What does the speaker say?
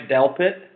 Delpit